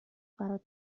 برات